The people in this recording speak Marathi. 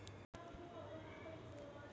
मार्श गॅसमझार लिक्वीड बायो इंधन भेटस